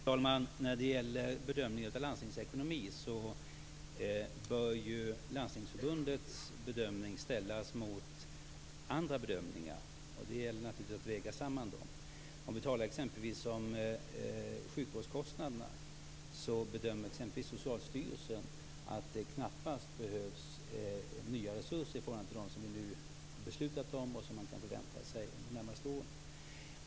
Fru talman! När det gäller landstingens ekonomi bör Landstingsförbundets bedömning ställas mot andra bedömningar. Det gäller att väga samman dem. Vad gäller sjukvårdskostnaderna bedömer exempelvis Socialstyrelsen att det knappast behövs nya resurser i förhållande till dem som vi nu beslutat om för de närmaste åren.